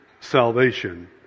salvation